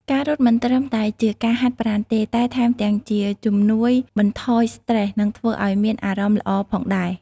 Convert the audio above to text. ការរត់មិនត្រឹមតែជាការហាត់ប្រាណទេ តែថែមទាំងជាជំនួយបន្ថយស្ត្រេស និងធ្វើឲ្យមានអារម្មណ៍ល្អផងដែរ។